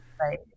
right